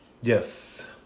yes